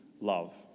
love